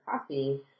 coffee